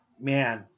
Man